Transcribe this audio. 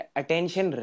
attention